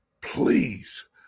Please